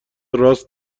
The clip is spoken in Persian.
راست